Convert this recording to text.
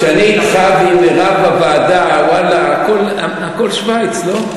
ועם מרב בוועדה, ואללה, הכול שווייץ, לא?